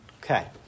Okay